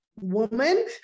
woman